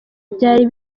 byari